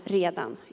redan